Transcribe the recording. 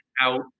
out